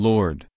Lord